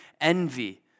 envy